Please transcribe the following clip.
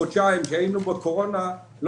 החשב הכללי, אבי זלצמן, פה?